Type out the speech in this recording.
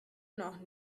noch